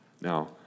Now